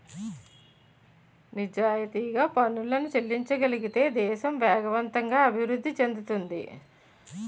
నిజాయితీగా పనులను చెల్లించగలిగితే దేశం వేగవంతంగా అభివృద్ధి చెందుతుంది